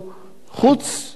משיחות הטלפון?